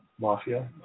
mafia